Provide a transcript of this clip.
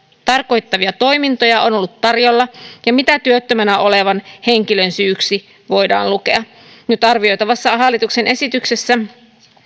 tarkoittavia toimintoja on ollut tarjolla ja mitä työttömänä olevan henkilön syyksi voidaan lukea nyt arvioitavassa hallituksen esityksessä